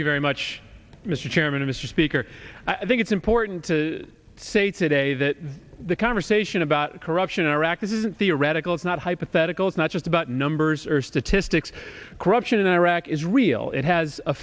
you very much mr chairman mr speaker i think it's important to say today that the conversation about corruption in iraq this isn't theoretical it's not hypothetical it's not just about numbers or statistics corruption in iraq is real it has a